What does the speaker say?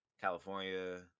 California